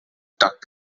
duck